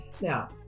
Now